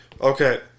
Okay